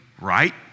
right